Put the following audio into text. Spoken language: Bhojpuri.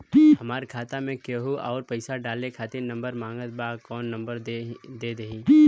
हमार खाता मे केहु आउर पैसा डाले खातिर नंबर मांगत् बा कौन नंबर दे दिही?